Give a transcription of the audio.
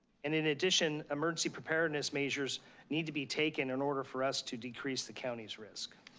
and in addition, emergency preparedness measures need to be taken in order for us to decrease the county's risk.